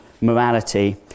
morality